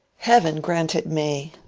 heaven grant it may!